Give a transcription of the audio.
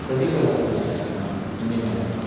ಕವಿಗಳ ಮ್ಯಾ ಮನೆ ಮ್ಯಾಲೆನೋ